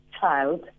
child